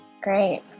great